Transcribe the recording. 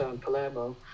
Palermo